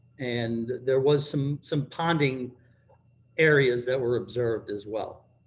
and there was some some ponding areas that were observed as well.